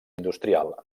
industrial